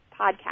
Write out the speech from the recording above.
podcast